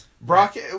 Brock